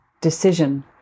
decision